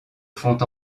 font